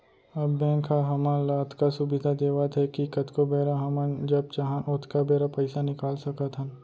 अब बेंक ह हमन ल अतका सुबिधा देवत हे कि कतको बेरा हमन जब चाहन ओतका बेरा पइसा निकाल सकत हन